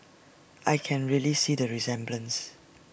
I can really see the resemblance